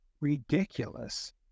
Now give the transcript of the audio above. ridiculous